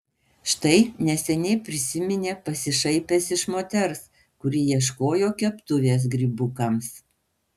štai neseniai prisiminė pasišaipęs iš moters kuri ieškojo keptuvės grybukams